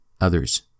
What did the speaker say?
others